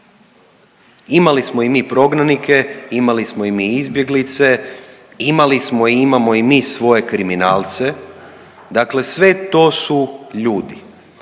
Imali smo i mi prognanike, imali smo i mi izbjeglice, imali smo i imamo i mi svoje kriminalce dakle sve to su ljudi.